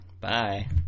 Bye